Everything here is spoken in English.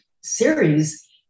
series